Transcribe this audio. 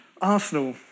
Arsenal